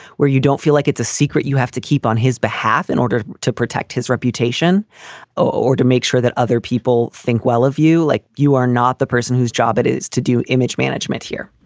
where you don't feel like it's a secret. you have to keep on his behalf in order to protect his reputation or to make sure that other people think well of you, like you are not the person whose job it is to do image management here.